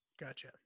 Gotcha